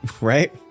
right